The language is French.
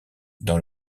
dans